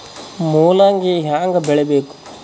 ಮೂಲಂಗಿ ಹ್ಯಾಂಗ ಬೆಳಿಬೇಕು?